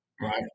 Right